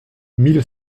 mille